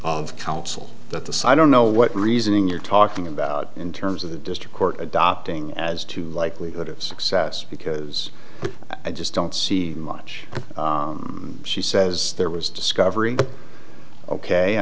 of counsel that the so i don't know what reasoning you're talking about in terms of the district court adopting as to likelihood of success because i just don't see much she says there was discovery ok